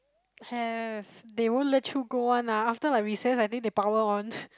have they won't let you go one lah after like recess I think they power on